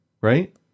right